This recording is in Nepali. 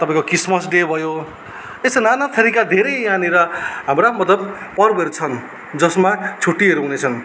तपाईँको क्रिसमस डे भयो यस्ता नाना थरिका धेरै यहाँनिर हाम्रा पर्वहरू छन् जसमा छुट्टीहरू हुने छन्